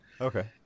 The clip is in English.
Okay